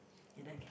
you like